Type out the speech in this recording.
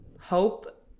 hope